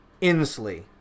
Inslee